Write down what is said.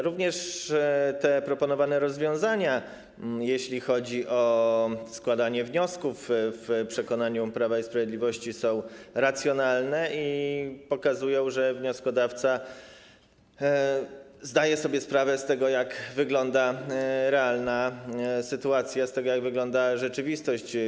Również proponowane rozwiązania, jeśli chodzi o składanie wniosków, w przekonaniu Prawa i Sprawiedliwości są racjonalne i pokazują, że wnioskodawca zdaje sobie sprawę z tego, jak wygląda realna sytuacja, jak wygląda rzeczywistość.